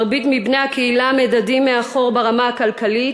רוב בני הקהילה מדדים מאחור ברמה הכלכלית,